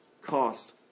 cost